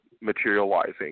materializing